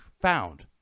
found